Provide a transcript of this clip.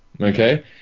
Okay